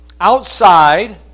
outside